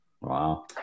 Wow